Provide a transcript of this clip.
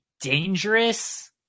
dangerous